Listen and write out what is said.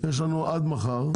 יש לנו עד מחר.